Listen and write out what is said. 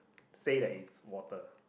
say that it's water